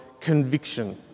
conviction